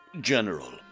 general